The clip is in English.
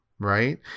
Right